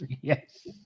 Yes